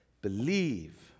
believe